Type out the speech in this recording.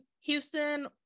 Houston